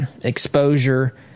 Exposure